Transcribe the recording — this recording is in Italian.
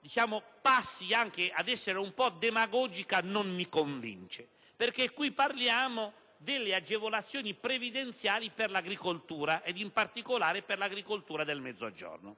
polemica passi anche ad essere un po' demagogica non mi convince, perché qui parliamo delle agevolazioni previdenziali per l'agricoltura, in particolare per quella del Mezzogiorno.